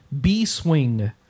B-Swing